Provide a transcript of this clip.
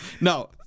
No